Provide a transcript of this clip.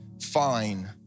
fine